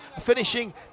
finishing